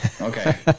Okay